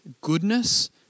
goodness